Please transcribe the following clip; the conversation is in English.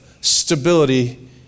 stability